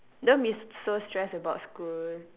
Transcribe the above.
don't be so stressed about school